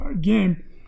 game